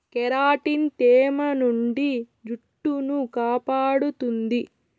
keratin తేమ నుండి జుట్టును కాపాడుతుంది